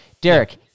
Derek